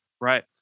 Right